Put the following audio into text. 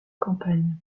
campagne